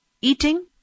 eating